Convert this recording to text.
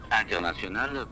international